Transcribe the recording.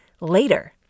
later